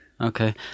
Okay